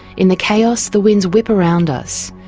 in the chaos, the winds whip around us,